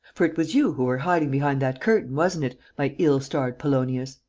for it was you who were hiding behind that curtain, wasn't it, my ill-starred polonius?